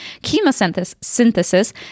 chemosynthesis